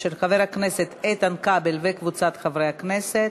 של חבר הכנסת איתן כבל וקבוצת חברי הכנסת.